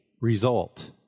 result